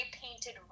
painted